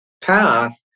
path